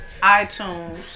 iTunes